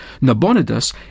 Nabonidus